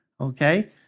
okay